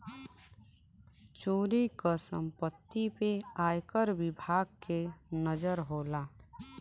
चोरी क सम्पति पे आयकर विभाग के नजर होला